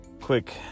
quick